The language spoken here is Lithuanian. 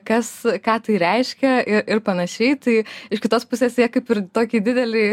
kas ką tai reiškia ir panašiai tai iš kitos pusės jie kaip ir tokį didelį